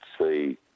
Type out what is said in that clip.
see